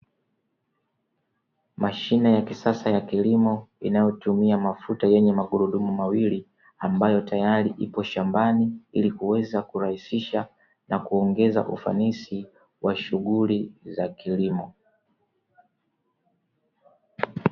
Mashine ya kisasa ya kilimo inayotumia mafuta, yenye magurudumu mawili, ambayo tayari ipo shambani, ili kuweza kurahisisha na kuongeza ufanisi kwa shughuli za kilimo.